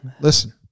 listen